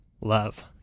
love